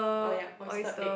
oh ya oyster egg